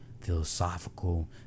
philosophical